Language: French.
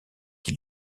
qui